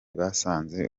basanze